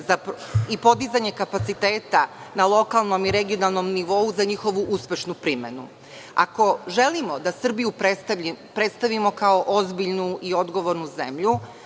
i podizanje kapaciteta na lokalnom i regionalnom nivou za njihovu uspešnu primenu. Ako želimo da Srbiju predstavimo kao ozbiljnu i odgovornu zemlju,